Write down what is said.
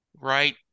right